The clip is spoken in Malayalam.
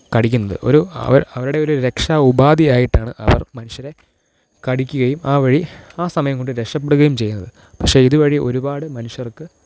കടിക്കുന്നത് ഒരു അവര് അവരുടെ ഒരു രക്ഷാ ഉപാദിയായിട്ടാണ് അവര് മനുഷ്യരെ കടിക്കുകയും ആ വഴി ആ സമയംകൊണ്ട് രക്ഷപെടുകയും ചെയ്യുന്നത് പക്ഷെ ഇതുവഴി ഒരുപാട് മനുഷ്യര്ക്ക്